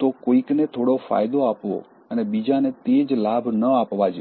તો કોઈકને થોડો ફાયદો આપવો અને બીજાને તે જ લાભ ન આપવા જેવું છે